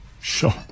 Sure